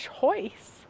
choice